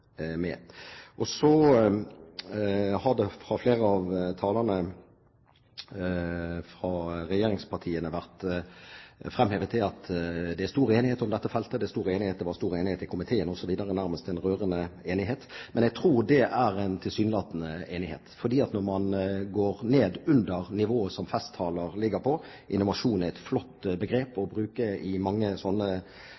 med. Så har det av flere av talerne fra regjeringspartiene vært fremhevet at det er stor enighet om dette feltet, at det var stor enighet i komiteen osv. – nærmest en rørende enighet. Men jeg tror det er en tilsynelatende enighet, for når man går ned under det nivået som festtaler ligger på – innovasjon er et flott begrep å